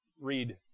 Read